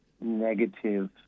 negative